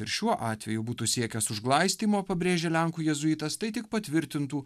ir šiuo atveju būtų siekęs užglaistymo pabrėžė lenkų jėzuitas tai tik patvirtintų